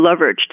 leveraged